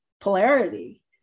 polarity